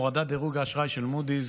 הורדת דירוג האשראי מחייבת